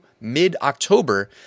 mid-October